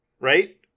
right